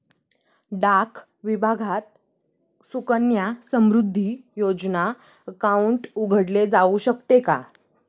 डाक विभागात सुकन्या समृद्धी योजना अकाउंट उघडले जाऊ शकते का?